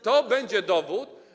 To będzie dowód.